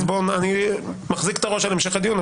אני מחזיק את הראש על המשך הדיון,